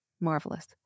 marvelous